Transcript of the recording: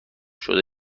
شده